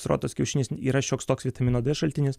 pasirodo tas kiaušinis yra šioks toks vitamino d šaltinis